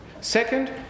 Second